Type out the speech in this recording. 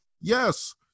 Yes